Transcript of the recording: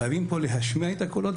חייבים להשמיע פה את הקולות,